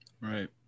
Right